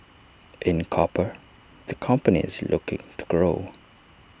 in copper the company is looking to grow